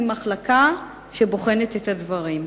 עם מחלקה שבוחנת את הדברים.